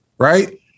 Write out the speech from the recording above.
right